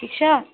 ٹھیٖک چھےٚ